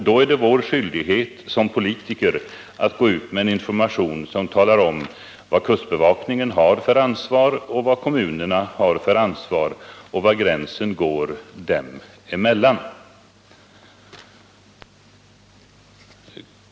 Då är det vår skyldighet att som politiker gå ut med information om kustbevakningens och kommunernas ansvar och om var gränsen går dem emellan.